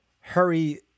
hurry